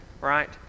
right